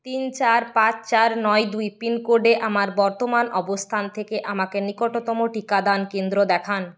তিন চার পাঁচ চার নয় দুই পিনকোডে আমার বর্তমান অবস্থান থেকে আমাকে নিকটতম টিকাদান কেন্দ্র দেখান